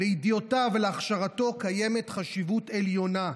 לידיעותיו ולהכשרתו יש חשיבות עליונה.